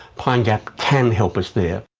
pine gap can help us there.